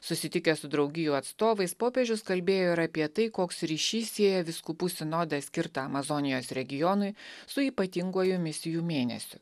susitikęs su draugijų atstovais popiežius kalbėjo ir apie tai koks ryšys sieja vyskupų sinodą skirtą amazonijos regionui su ypatinguoju misijų mėnesiu